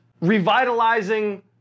revitalizing